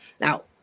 Now